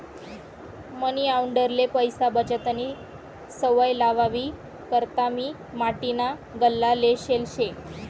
मनी आंडेरले पैसा बचतनी सवय लावावी करता मी माटीना गल्ला लेयेल शे